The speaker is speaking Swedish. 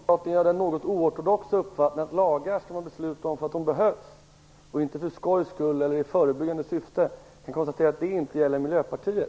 Fru talman! Jag och Socialdemokraterna har den något oortodoxa uppfattningen att man skall besluta om lagar därför att de behövs, inte för skojs skull eller i förebyggande syfte. Jag konstaterar att det inte gäller för Miljöpartiet.